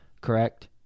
correct